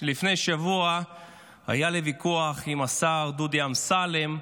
לפני שבוע היה לי ויכוח עם השר דודי אמסלם,